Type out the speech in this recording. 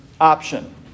option